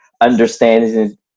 understanding